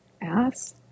ass